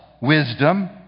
wisdom